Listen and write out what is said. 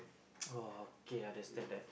oh okay understand that